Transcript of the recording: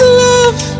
love